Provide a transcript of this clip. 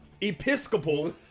Episcopal